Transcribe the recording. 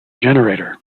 generator